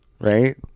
right